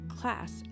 class